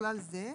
ובכלל זה,